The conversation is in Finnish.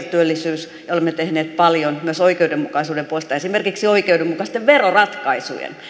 työllisyys ovat tärkeitä olemme tehneet paljon myös oikeudenmukaisuuden puolesta esimerkiksi oikeudenmukaisten veroratkaisujen puolesta